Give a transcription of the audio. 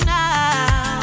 now